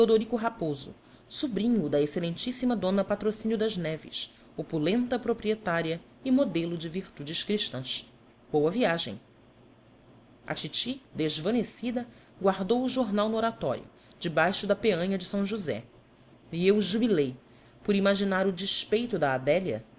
raposo sobrinho da excelentíssima d patrocínio das neves opulenta proprietária e modelo de virtudes cristãs boa viagem a titi desvanecida guardou o jornal no oratório debaixo da peanha de são josé e eu jubilei por imaginar o despeito da adélia